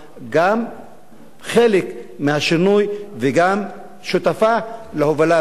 כחלק מהשינוי וגם שותפה להובלה בשינוי.